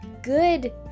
Good